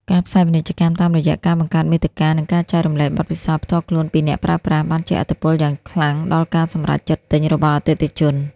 ការផ្សាយពាណិជ្ជកម្មតាមរយះអ្នកបង្កើតមាតិការ និងការចែករំលែកបទពិសោធន៍ផ្ទាល់ខ្លួនពីអ្នកប្រើប្រាស់ បានជះឥទ្ធិពលយ៉ាងខ្លាំងដល់ការសម្រេចចិត្តទិញរបស់អតិថិជន។